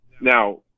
Now